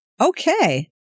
Okay